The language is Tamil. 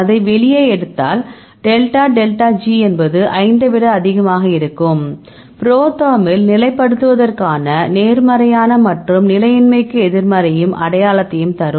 இதை வெளியே எடுத்தால் டெல்டா டெல்டா G என்பது 5 ஐ விட அதிகமாக இருந்தால் புரோதெர்மில் நிலைப்படுத்துவதற்கான நேர்மறையான மற்றும் நிலையின்மைக்கு எதிர்மறையையும் அடையாளத்தையும் தரும்